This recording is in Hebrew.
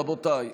רבותיי,